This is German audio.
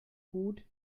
gut